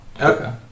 okay